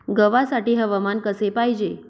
गव्हासाठी हवामान कसे पाहिजे?